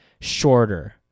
shorter